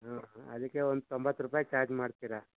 ಹ್ಞೂ ಅದಕ್ಕೆ ಒಂದು ತೊಂಬತ್ತು ರೂಪಾಯಿ ಚಾರ್ಜ್ ಮಾಡ್ತೀರ